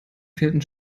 fehlten